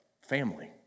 family